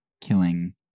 killing